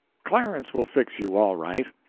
clarence will fix you all right.